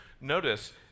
Notice